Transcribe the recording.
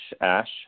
Ash